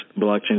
blockchain